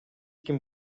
ким